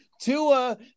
Tua